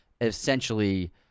essentially